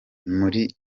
muri